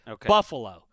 Buffalo